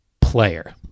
player